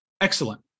Excellent